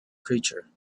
creature